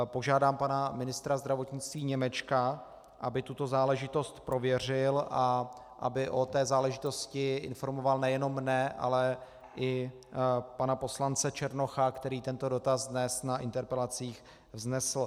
Požádám pana ministra zdravotnictví Němečka, aby tuto záležitost prověřil a aby o té záležitosti informoval nejenom mne, ale i pana poslance Černocha, který tento dotaz dnes na interpelacích vznesl.